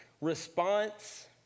Response